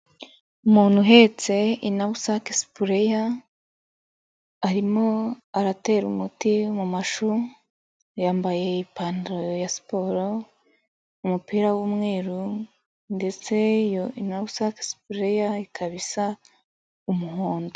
Umuntu uhetse inabusake sipureya, arimo aratera umuti mu mashu, yambaye ipantaro ya siporo, umupira w'umweru, ndetse iyo inabusake sipureya, ikaba isa umuhondo.